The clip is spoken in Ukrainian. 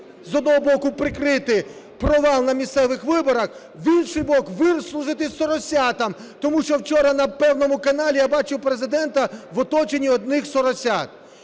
з одного боку, прикрити провал на місцевих виборах, з іншого боку, вислужитись "соросятам". Тому що вчора на певному каналі я бачив Президента в оточенні одних "соросят".